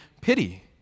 pity